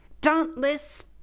dauntless